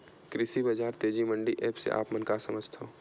कृषि बजार तेजी मंडी एप्प से आप मन का समझथव?